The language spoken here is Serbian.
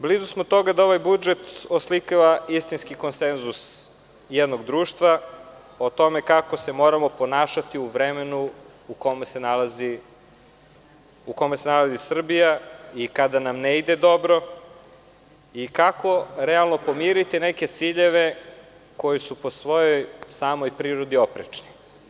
Blizu smo toga da ovaj budžet oslikava istinski konsenzus jednog društva o tome kako se moramo ponašati u vremenu u kome se nalazi Srbija i kada nam ne ide dobro i kako realno pomiriti neke ciljeve koji su po svojoj samoj prirodi oprečni.